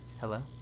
Hello